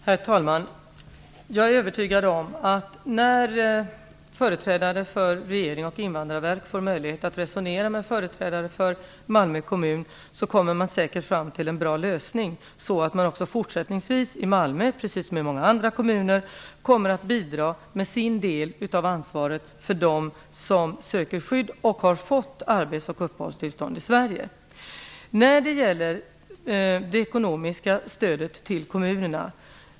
Herr talman! Jag är övertygad om att man säkert kommer fram till en bra lösning när företrädare för regeringen och Invandrarverket får möjlighet att resonera med företrädare för Malmö kommun. Då kan Malmö också fortsättningsvis, precis som många andra kommuner, ta sin del av ansvaret för dem som söker skydd och har fått arbets och uppehållstillstånd i Sverige. Jag skall också ta upp det ekonomiska stödet till kommunerna.